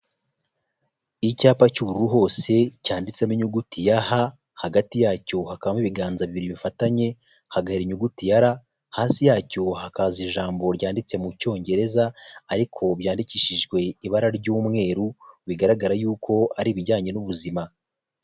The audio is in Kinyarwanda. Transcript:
Icyapa cy'ubururu hose cyanditsemo inyuguti ya ha hagati yacyo hakabamo ibiganza bibiri bifatanye hagahera inyuguti ya r, hasi yacyo hakaza ijambo ryanditse mu cyongereza ariko byandikishijwe ibara ry'umweru bigaragara yuko ari ibijyanye n'ubuzima.